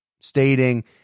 stating